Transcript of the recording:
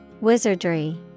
Wizardry